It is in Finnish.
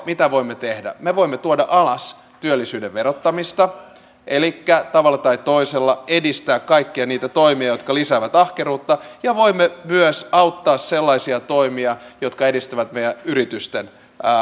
mitä voimme tehdä me voimme tuoda alas työllisyyden verottamista elikkä tavalla tai toisella edistää kaikkia niitä toimia jotka lisäävät ahkeruutta ja voimme myös auttaa sellaisia toimia jotka edistävät meidän yritysten